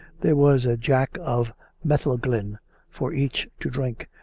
there was a jack of metheglin for each to drink,